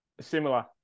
similar